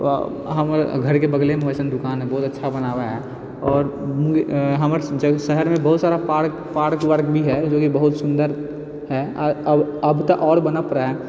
हमर घरके बगलेमे वैसन दोकानहै बहुत अच्छा बनाबऽ है आओर हमर शहरमे बहुत सारा पार्क वार्क भी है जोकि बहुत सुन्दर है अब तऽ आओर बनै पड़ै है